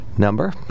number